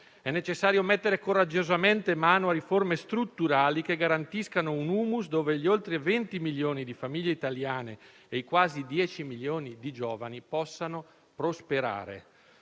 È necessario mettere coraggiosamente mano a riforme strutturali che garantiscano un *humus* in cui gli oltre 20 milioni di famiglie italiane e i quasi 10 milioni di giovani possano prosperare.